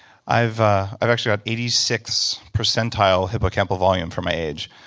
i've ah i've actually got eighty six percentile hippocampal volume for my age,